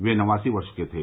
वह नवासी वर्ष के थे